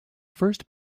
first